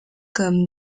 comme